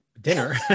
dinner